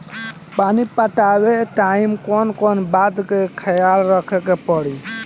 पानी पटावे टाइम कौन कौन बात के ख्याल रखे के पड़ी?